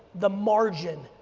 the margin,